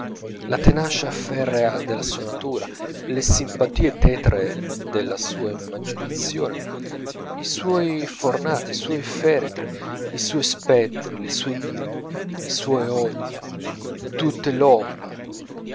la tenacia ferrea della sua natura le simpatie tetre della sua immaginazione i suoi fornati i suoi feretri i suoi spettri le sue ire i suoi odii tutta l'ombre